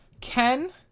Ken